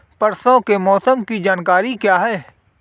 परसों के मौसम की जानकारी क्या है?